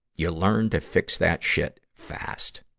you learn to fix that shit fast.